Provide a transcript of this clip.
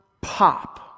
pop